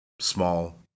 small